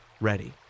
ready